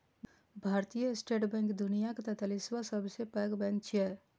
भारतीय state bank दुनियाक तैंतालिसवां सबसं पैघ बैंक छियै